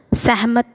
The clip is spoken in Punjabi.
ਸਹਿਮਤ